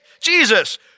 Jesus